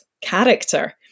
character